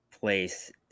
place